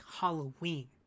halloween